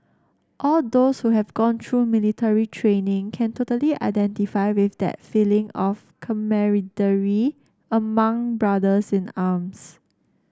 all those who have gone through military training can totally identify with that feeling of camaraderie among brothers in arms